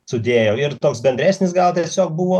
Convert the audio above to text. sudėjo ir toks bendresnis gal tiesiog buvo